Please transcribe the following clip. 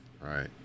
right